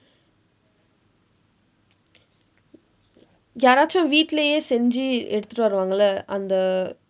யாராவது வீட்டிலேயே செய்து எடுத்துக்கிட்டு வருவாங்கல்ல அந்த:yaaraavathu viitdileeyee seithu eduththukkitdu varuvaangkalla andtha